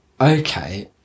Okay